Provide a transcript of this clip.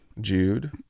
Jude